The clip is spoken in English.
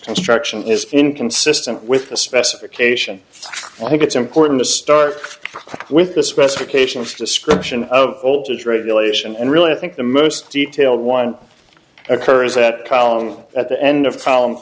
construction is inconsistent with the specification i think it's important to start with the specifications description of old age regulation and really i think the most detailed one occurrence at town at the end of column